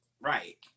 Right